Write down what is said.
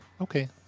Okay